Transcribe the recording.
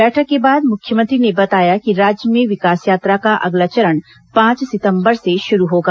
बैठक के बाद मुख्यमंत्री ने बताया कि राज्य में विकास यात्रा का अगला चरण पांच सितंबर से शुरू होगा